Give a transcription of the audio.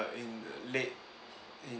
uh in late in